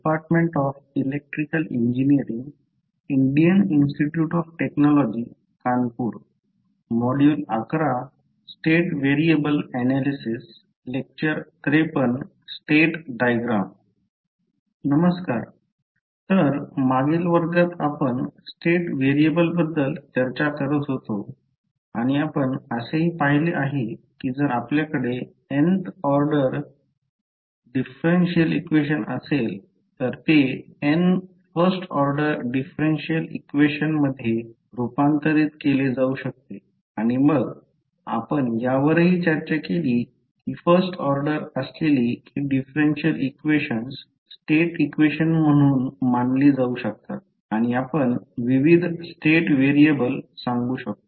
नमस्कार तर मागील वर्गात आपण स्टेट व्हेरिएबल बद्दल चर्चा करत होतो आणि आपण असेही पाहिले आहे की जर आपल्याकडे nth ऑर्डर डिफरेन्शियल इक्वेशन असेल तर ते n first order differential equation मध्ये रूपांतरित केले जाऊ शकते आणि मग आपण यावरही चर्चा केली की फर्स्ट ऑर्डर असलेली ही डिफरेन्शियल इक्वेशन्स स्टेट इक्वेशन म्हणून मानली जाऊ शकतात आणि आपण विविध स्टेट व्हेरिएबल सांगू शकतो